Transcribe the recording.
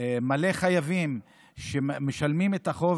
מלא חייבים שמשלמים את החוב